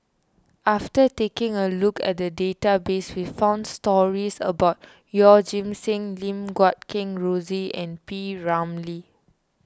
after taking a look at the database we found stories about Yeoh Ghim Seng Lim Guat Kheng Rosie and P Ramlee